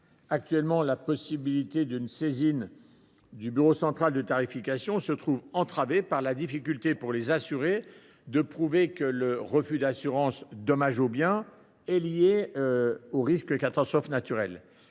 Actuellement, la possibilité de saisine du bureau central de tarification est entravée par la difficulté pour les assurés de prouver que le refus d’assurance dommages aux biens est lié au risque CatNat. Dans le